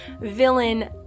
villain